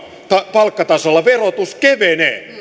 palkkatasolla verotus kevenee eli